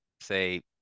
say